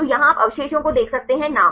तो यहाँ आप अवशेषों का देख सकते हैं नाम